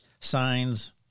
signs